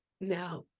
now